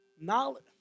Knowledge